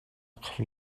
kho